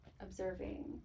observing